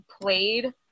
played